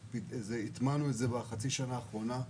הטמענו את זה בחצי השנה האחרונה,